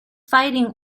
fighting